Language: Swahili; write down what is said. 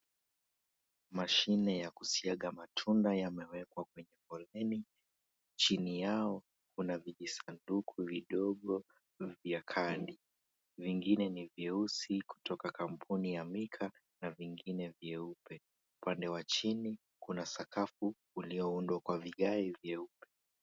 Mashine ya kusaga matunda yamewekwa kwenye foleni. Chini yao kuna vijisanduku vidogo vya kandi. Vingine ni vyeusi kutoka kampuni ya Mika, na vingine vyeupe. Upande wa chini kuna sakafu ulioundwa kwa vigae vyeupe.